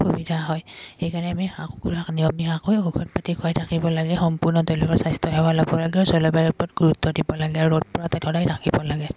সুবিধা হয় সেইকাৰণে আমি হাঁহ কুকুৰাক নিয়মীয়াকৈ ঔষধ পাতি খুৱাই থাকিব লাগে সম্পূৰ্ণ তেওঁলোকৰ স্বাস্থ্যসেৱা ল'ব লাগে আৰু জলবায়ুৰ ওপৰত গুৰুত্ব দিব লাগে আৰু ৰ'দ পৰা ঠাইত সদায় থাকিব লাগে